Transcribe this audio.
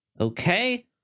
Okay